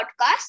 podcast